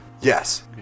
Yes